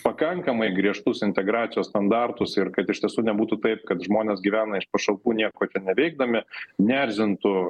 pakankamai griežtus integracijos standartus ir kad iš tiesų nebūtų taip kad žmonės gyvena iš pašalpų nieko neveikdami neerzintų